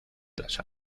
las